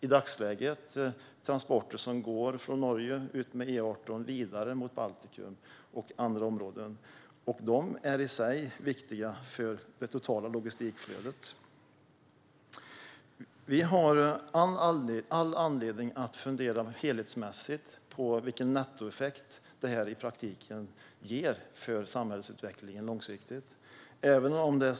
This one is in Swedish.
I dagsläget är det transporter som går från Norge utmed E18 vidare mot Baltikum och andra områden. De är i sig viktiga för det totala logistikflödet. Vi har all anledning att helhetsmässigt fundera på vilken nettoeffekt detta i praktiken ger för den långsiktiga samhällsutvecklingen.